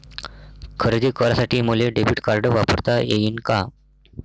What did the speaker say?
खरेदी करासाठी मले डेबिट कार्ड वापरता येईन का?